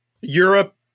Europe